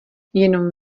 jenom